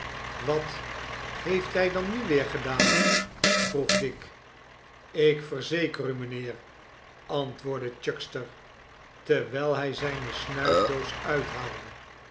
wat heeft hij dan nu weer gedaan vroeg dick ik verzeker u mijnheer antwoordde chuckster terwijl hij zijne snuifdoos uithaalde